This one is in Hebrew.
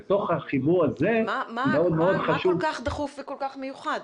בתוך החיבור הזה מאוד מאוד חשוב --- מה כל כך דחוף וכל כך מיוחד?